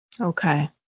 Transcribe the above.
Okay